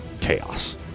chaos